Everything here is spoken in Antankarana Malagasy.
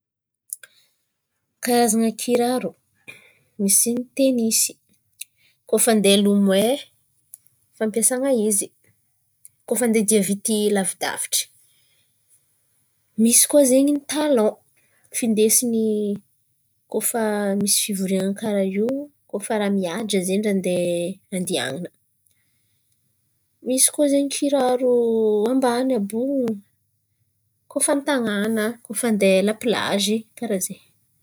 Karazana kiraro: misy ny tenisy kô fa andeha hilomay fampiasana izy, kôa fa andeha dia, vity lavidavitry. Misy koa zen̈y talon, findesin̈y kôa fa misy fivoriana karà io kôa fa ràha mihaja zen̈y ràha andian̈ana. Misy koa zen̈y kiraro amban̈y àby io kôa fa an-tanàna andeha laplagy karà zay.